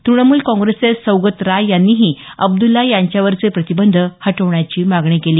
तृणमूल काँग्रेसचे सौगत राय यांनीही अब्दुल्ला यांच्यावरचे प्रतिबंध हटवण्याची मागणी केली